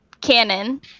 canon